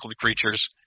creatures